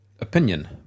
opinion